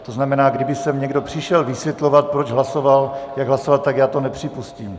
To znamená, kdyby sem někdo přišel vysvětlovat, proč hlasoval, jak hlasoval, tak já to nepřipustím.